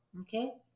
Okay